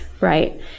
right